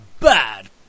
bad